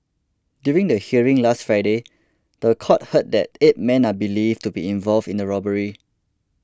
during the hearing last Friday the court heard that eight men are believed to be involved in the robbery